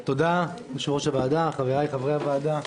תודה, יושב-ראש הוועדה, חבריי חברי הוועדה.